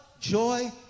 joy